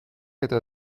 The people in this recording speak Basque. eta